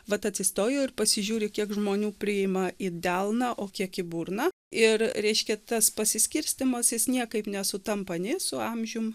vat atsistoju ir pasižiūri kiek žmonių priima į delną o kiek į burną ir reiškia tas pasiskirstymas jis niekaip nesutampa nei su amžium